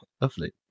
lovely